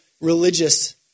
religious